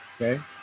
Okay